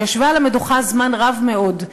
שישבה על המדוכה זמן רב מאוד,